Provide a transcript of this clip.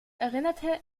erinnerte